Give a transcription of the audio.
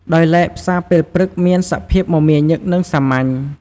ដោយឡែកផ្សារពេលព្រឹកមានសភាពមមាញឹក និងសាមញ្ញ។